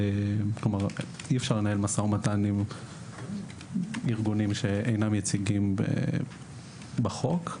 אי אפשר לנהל משא ומתן עם ארגונים שאינם יציגים על פי חוק.